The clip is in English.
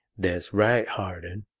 that's right, harden!